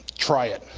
try it.